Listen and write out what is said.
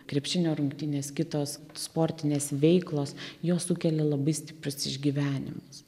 krepšinio rungtynės kitos sportinės veiklos jos sukelia labai stiprius išgyvenimus